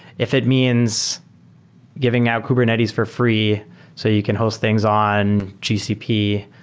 if it means giving out kubernetes for free so you can host things on gcp.